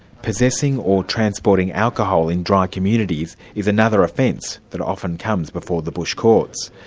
possessing or transporting alcohol in dry communities is another offence that often comes before the bush courts.